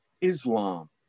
Islam